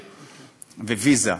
ו"ויזה"